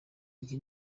iki